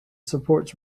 supports